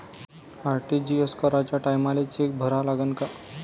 RTGS कराच्या टायमाले cheque भरा लागन का?